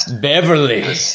Beverly